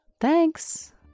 Thanks